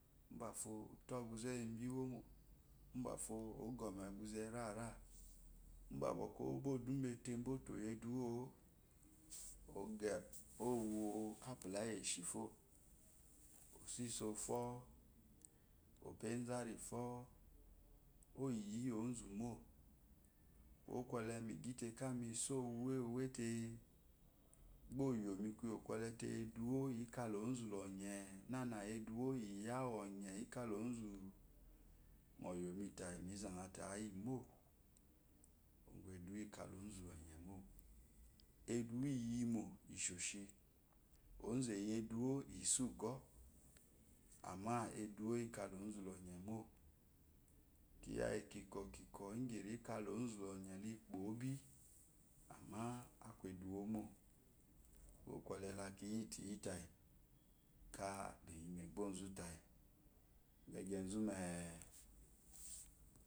Ubafo ofa ogúze úwu ebi uwomo unba fo ogɔmu ogube rara uba bɔkɔ obo odu ubáa etebo te oyi eduwo wo owo apula iyi eshifo osiso fo opeezu ari fo oyili ozumu kwokwolemi gite kale la mi so uwe uwe te ba oyó mi kuwo kwolete eduwoikalozu lo ɔye nana eduwo iya oye ika lozú nɔ yomi tayi miza zate ayimo eduwo ika lozu lɔye mó eduwo iyimo ishoshi ozu eyi eduwo isugɔ amma eduwo ika lozu loye mo kiya kikwo kikwo ingyi rika lozu laɔye ripo bi amma aku eduwmo kuwo kwo la kiyi tuyi tayi kaha iyi mu egbo iyi etu ta yii bege zu me